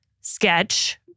sketch